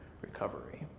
recovery